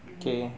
mmhmm